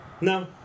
No